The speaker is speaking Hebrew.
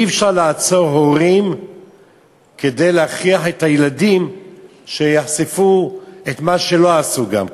אי-אפשר לעצור הורים כדי להכריח את הילדים לחשוף את מה שלא עשו גם כן.